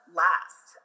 last